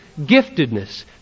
giftedness